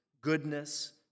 goodness